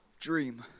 dream